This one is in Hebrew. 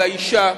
לאשה,